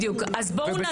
בדיוק, אז בואו נתחיל.